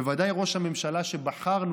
בוודאי ראש הממשלה שבחרנו,